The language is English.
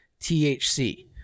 THC